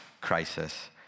crisis